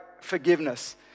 forgiveness